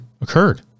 occurred